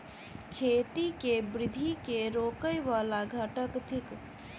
खेती केँ वृद्धि केँ रोकय वला घटक थिक?